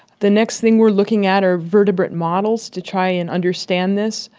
the next thing we are looking at are vertebrate models to try and understand this.